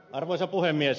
arvoisa puhemies